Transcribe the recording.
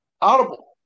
audible